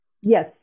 Yes